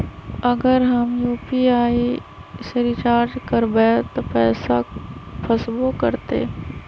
अगर हम यू.पी.आई से रिचार्ज करबै त पैसा फसबो करतई?